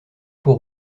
pour